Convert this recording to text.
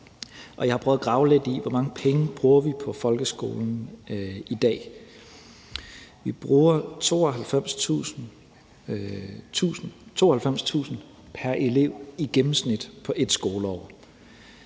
Jeg har prøvet at grave lidt i, hvor mange penge vi bruger på folkeskolen i dag. Vi bruger 92.000 kr. pr. elev i gennemsnit på 1 skoleår